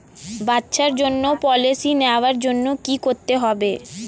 বাচ্চার জন্য পলিসি নেওয়ার জন্য কি করতে হবে?